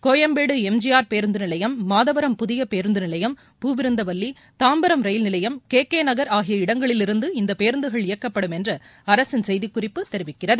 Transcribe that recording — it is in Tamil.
கோயம்பேடு எம் ஜி ஆர் பேருந்து நிலையம் மாதவரம் புதிய பேருந்து நிலையம் பூவிருந்தவல்லி தாம்பரம் ரயில் நிலையம் கே கே நகர் ஆகிய இடங்களிலிருந்து இந்த பேருந்துகள் இயக்கப்படும் என்று அரசின் செய்திக்குறிப்பு தெரிவிக்கிறது